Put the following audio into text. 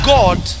God